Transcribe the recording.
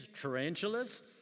tarantulas